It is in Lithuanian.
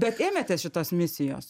bet ėmėtės šitos misijos